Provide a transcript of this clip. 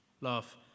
love